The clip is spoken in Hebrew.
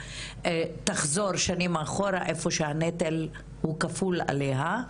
תחזור שנים אחורה איפה שהנטל הוא כפול עליה.